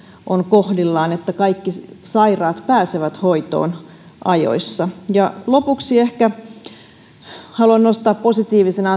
on kohdillaan että kaikki sairaat pääsevät hoitoon ajoissa ja lopuksi haluan nostaa positiivisena